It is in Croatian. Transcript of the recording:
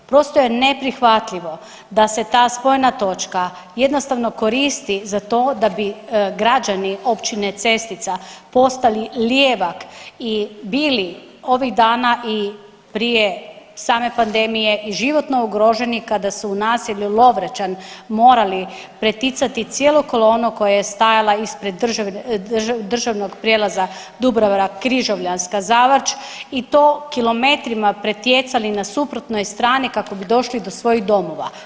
Prosto je neprihvatljivo da se ta spojna točka jednostavno koristi za to da bi građani općine Cestica postali lijevak i bili ovih dana i prije same pandemije i životno ugroženi kada su u naselju Lovrećan morali preticati cijelu kolonu koja je stajala ispred državnog prijelaza Dubrava Križovljanska – Zavrč i to kilometrima pretjecali na suprotnoj strani kako bi došli do svojih domova.